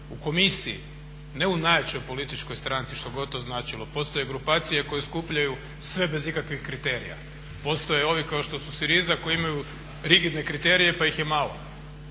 u komisiji a ne u najjačoj političkoj stranci, što god to značilo. Postoje grupacije koje skupljaju sve bez ikakvih kriterija. Postoje ovi kao što su Syriza koji imaju rigidne kriterije pa ih je malo.